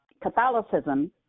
Catholicism